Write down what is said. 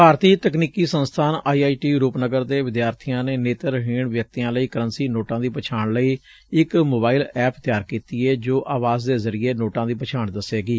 ਭਾਰਤੀ ਤਕਨੀਕੀ ਸੰਸਬਾਨ I I T Rupnagar ਦੇ ਵਿਦਿਆਰਬੀਆਂ ਨੇ ਨੇਤਰਹੀਣ ਵਿਅਕਤੀਆਂ ਲਈ ਕਰੰਸੀ ਨੋਟਾਂ ਦੀ ਪਛਾਣ ਲਈ ਇਕ ਸੋਬਾਈਲ ਐਪ ਤਿਆਰ ਕੀਤੀ ਏ ਜੋ ਆਵਾਜ਼ ਦੇ ਜ਼ਰੀਏ ਨੋਟਾਂ ਦੀ ਪਛਾਣ ਦੱਸੇਗੀ